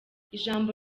ijambo